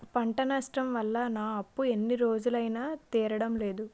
పంట నష్టం వల్ల నా అప్పు ఎన్ని రోజులైనా తీరడం లేదు